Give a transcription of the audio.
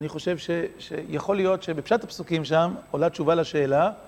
אני חושב שיכול להיות שבפשט הפסוקים שם עולה תשובה לשאלה.